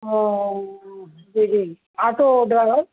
او جی جی auto driver